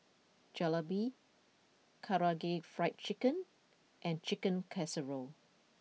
Jalebi Karaage Fried Chicken and Chicken Casserole